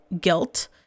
guilt